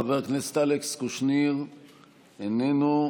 חבר הכנסת אלכס קושניר, איננו.